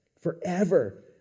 Forever